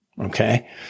Okay